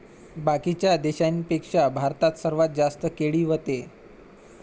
बाकीच्या देशाइंपेक्षा भारतात सर्वात जास्त केळी व्हते